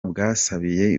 bwasabiye